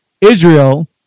israel